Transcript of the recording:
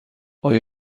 آیا